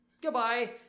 goodbye